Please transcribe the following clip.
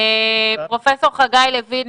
פרופ' חגי לוין,